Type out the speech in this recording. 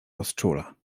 rozczula